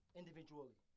individually